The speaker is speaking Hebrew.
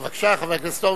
בבקשה, חבר הכנסת הורוביץ.